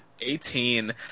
Eighteen